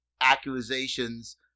accusations